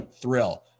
Thrill